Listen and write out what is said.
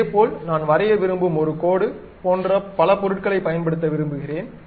இதேபோல் நான் வரைய விரும்பும் ஒரு கோடு போன்ற பல பொருட்களைப் பயன்படுத்த விரும்புகிறேன்